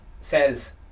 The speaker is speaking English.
says